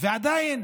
ועדיין